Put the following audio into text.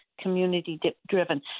community-driven